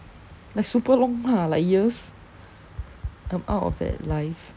like super long lah like years I'm out of that life